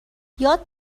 یاد